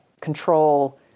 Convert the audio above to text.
control